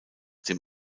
dem